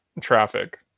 traffic